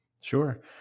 Sure